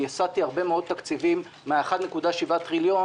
הסתתי הרבה מאוד תקציבים מה-1.7 טריליון